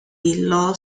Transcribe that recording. law